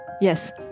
yes